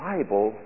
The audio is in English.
Bible